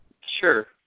sure